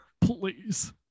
please